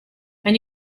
and